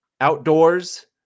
outdoors